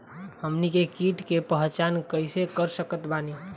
हमनी के कीट के पहचान कइसे कर सकत बानी?